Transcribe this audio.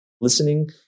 listening